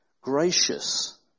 gracious